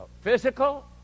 physical